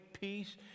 peace